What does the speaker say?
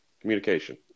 communication